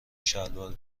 شلوار